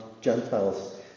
Gentiles